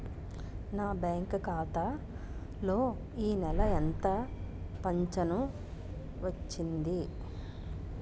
నా బ్యాంక్ ఖాతా లో ఈ నెల ఎంత ఫించను వచ్చింది?